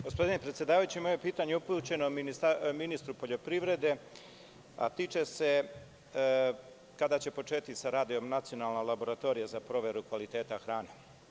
Gospodine predsedavajući, moje pitanje je upućeno ministru poljoprivrede, a glasi – kada će početi sa radom Nacionalna laboratorija za proveru kvaliteta hrane?